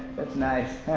that's nice.